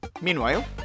Meanwhile